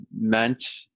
meant